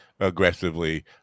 aggressively